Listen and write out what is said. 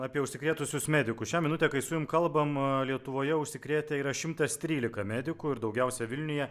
apie užsikrėtusius medikus šią minutę kai su jum kalbam lietuvoje užsikrėtę yra šimtas trylika medikų ir daugiausia vilniuje